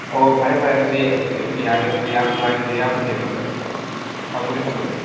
ꯑꯣ ꯐꯔꯦ ꯐꯔꯦ ꯑꯗꯨꯗꯤ ꯌꯥꯔꯦ ꯌꯥꯝ ꯅꯨꯡꯉꯏꯖꯔꯦ ꯏꯌꯥꯝꯕ ꯊꯦꯡꯅꯕꯅ ꯊꯝꯃꯒꯦ ꯊꯝꯃꯒꯦ